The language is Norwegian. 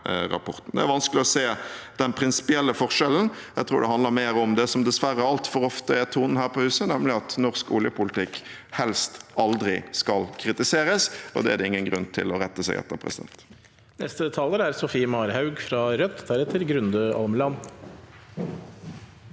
Det er vanskelig å se den prinsipielle forskjellen. Jeg tror det handler mer om det som dessverre altfor ofte er tonen her på huset, nemlig at norsk oljepolitikk helst aldri skal kritiseres. Det er det ingen grunn til å rette seg etter. Sofie Marhaug (R) Som vi alle